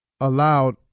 allowed